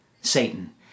Satan